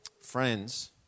Friends